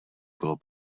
bylo